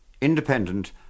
Independent